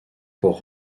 pour